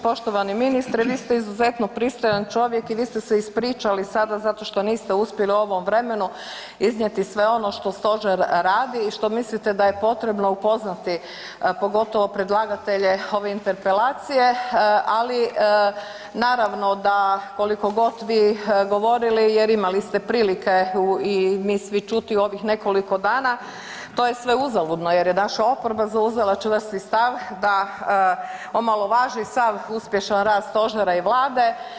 Poštovani ministre vi ste izuzetno pristojan čovjek i vi ste se ispričali sada zato što niste uspjeli u ovom vremenu iznijeti sve ono što stožer radi i što mislite da je potrebno upoznati pogotovo predlagatelje ove interpelacije, ali naravno da koliko god vi govorili jer imali ste prilike i mi svi čuti u ovih nekoliko dana to je sve uzaludno jer je naša oporba zauzela čvrsti stav da omalovaži sav uspješan rad stožera i Vlade.